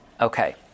Okay